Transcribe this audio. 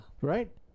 Right